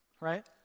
right